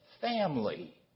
family